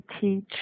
teach